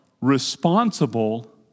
responsible